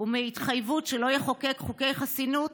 ומהתחייבות שלא יחוקק חוקי חסינות,